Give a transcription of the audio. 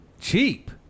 Cheap